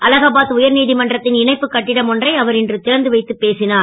அலகாபாத் உயர் நீதிமன்றத்தின் இணைப்பு கட்டிடம் ஒன்றை அவர் இன்று திறந்து வைத்து பேசினார்